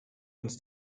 uns